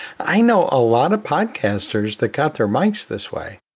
i know a lot of podcasters that got their mics this way.